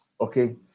Okay